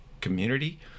community